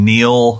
Neil